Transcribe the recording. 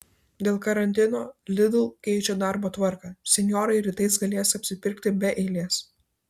dėl karantino lidl keičia darbo tvarką senjorai rytais galės apsipirkti be eilės